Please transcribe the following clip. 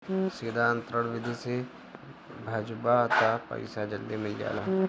सीधा अंतरण विधि से भजबअ तअ पईसा जल्दी मिल जाला